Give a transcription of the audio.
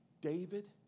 David